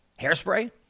Hairspray